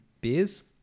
beers